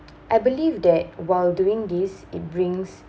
I believe that while doing this it brings